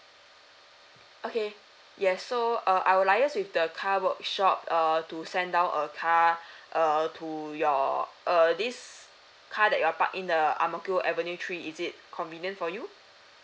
okay yes so uh I will liaise with the car workshop err to send out a car uh to your err this car that you're parked in the ang mo kio avenue three is it convenient for you